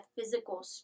physical